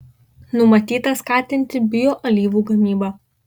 numatyta skatinti bioalyvų gamybą